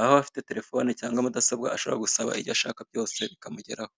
aho afite telefone cyangwa mudasobwa ashobora gusaba ibyo ashaka byose bikamugeraho.